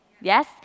Yes